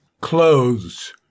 Clothes